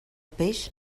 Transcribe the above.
peix